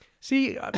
see